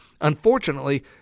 Unfortunately